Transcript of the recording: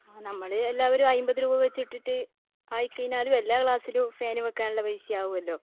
ആ നമ്മൾ എല്ലാവരും അയിമ്പത് രൂപ വച്ച് ഇട്ടിട്ട് ആയി കഴിഞ്ഞാലും എല്ലാ ക്ലാസ്സിലും ഫാൻ വയ്ക്കാനുള്ള പൈസ ആവുമല്ലോ